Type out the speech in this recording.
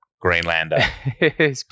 Greenlander